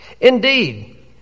Indeed